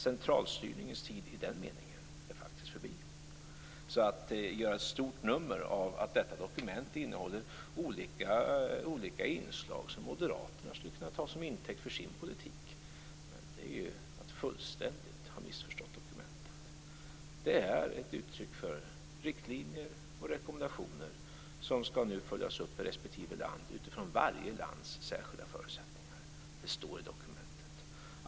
Centralstyrningens tid, i den meningen, är faktiskt förbi. Att göra ett stort nummer av att detta dokument innehåller olika inslag som Moderaterna skulle kunna ta som intäkt för sin politik är att fullständigt ha missförstått dokumentet. Dokumentet är ett uttryck för riktlinjer och rekommendationer som nu skall följas upp i respektive land, utifrån varje lands särskilda förutsättningar. Det står i dokumentet.